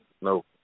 No